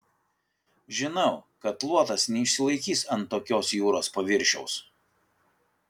žinau kad luotas neišsilaikys ant tokios jūros paviršiaus